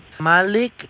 Malik